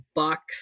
box